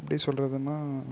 எப்படி சொல்லுறதுன்னா